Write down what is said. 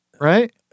right